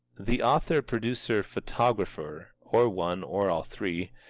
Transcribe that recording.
the author-producer-photographer, or one or all three,